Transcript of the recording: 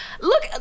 look